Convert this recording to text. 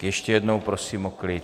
Ještě jednou prosím o klid.